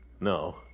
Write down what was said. No